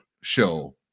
show